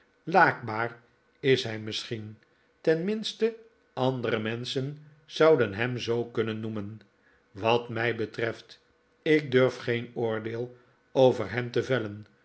laakbaar is hij misschien tenminste andere menschen zouden hem zoo kunnen aoemen wat mij betreft ik durf geen oordeel over hem te vellen